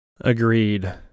Agreed